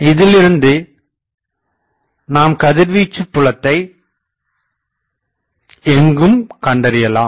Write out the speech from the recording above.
இதிலிருந்து நாம் கதிர்வீச்சுப் புலத்தை எங்கும் கண்டறியலாம்